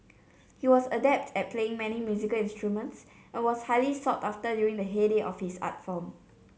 he was adept at playing many musical instruments and was highly sought after during the heyday of his art form